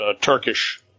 Turkish